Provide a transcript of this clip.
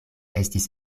estis